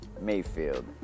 Mayfield